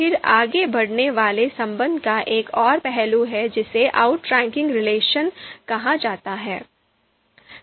फिर आगे बढ़ने वाले संबंध का एक और पहलू है जिसे outranking relation कहा जाता है